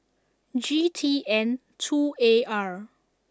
G T N two A R